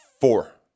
Four